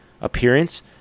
appearance